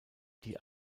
die